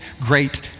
great